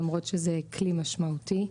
למרות שזה כלי משמעותי.